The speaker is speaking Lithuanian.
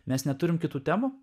mes neturim kitų temų